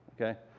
Okay